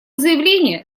заявление